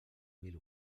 mil